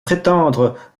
prétendre